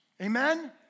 Amen